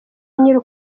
nyiri